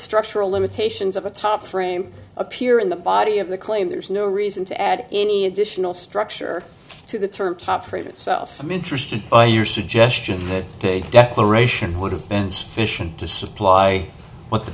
structural limitations of a top frame appear in the body of the claim there's no reason to add any additional structure to the term top prove itself i'm interested in your suggestion that page declaration would have been sufficient to supply what the